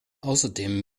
außerdem